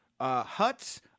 huts